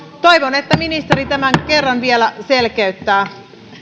toivon että ministeri tämän kerran vielä selkeyttää